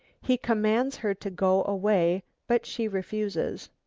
he commands her to go away, but she refuses.